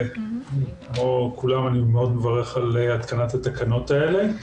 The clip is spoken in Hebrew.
כמו כולם, אני מברך מאוד על התקנת התקנות האלה.